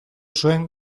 zuen